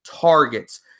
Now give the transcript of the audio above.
targets